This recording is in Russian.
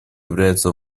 является